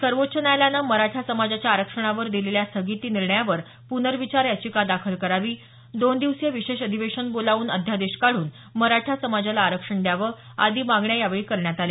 सर्वोच्च न्यायालयानं मराठा समाजाच्या आरक्षणावर दिलेल्या स्थगिती निर्णयावर प्नर्विचार याचिका दाखल करावी दोन दिवसीय विशेष अधिवेशन बोलावून अध्यादेश काढून मराठा समाजाला आरक्षण द्यावं आदी मागण्या यावेळी करण्यात आल्या